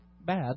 bad